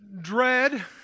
dread